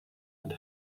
and